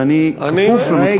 ואני כפוף למתכונת הדיון.